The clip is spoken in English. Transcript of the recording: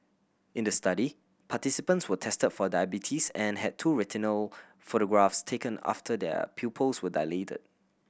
in the study participants were tested for diabetes and had two retinal photographs taken after their pupils were dilated